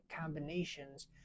combinations